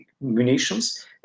munitions